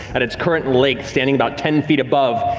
at its current length standing about ten feet above,